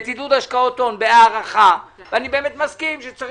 את עידוד השקעות הון בהארכה ואני באמת מסכים שצריך